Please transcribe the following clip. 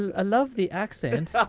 and love the accent.